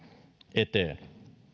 eteen